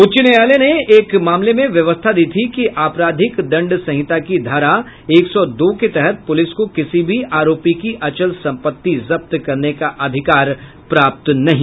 उच्च न्यायालय ने एक मामले में व्यवस्था दी थी कि आपराधिक दंड संहिता की धारा एक सौ दो के तहत पुलिस को किसी भी आरोपी की अचल सम्पत्ति जब्त करने का अधिकार प्राप्त नहीं है